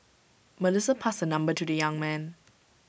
Melissa passed her number to the young man